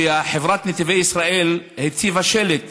חברת נתיבי ישראל הציבה שלט